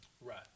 Right